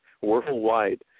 Worldwide